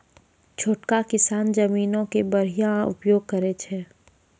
छोटका किसान जमीनो के बढ़िया उपयोग करै छै